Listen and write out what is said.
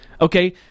okay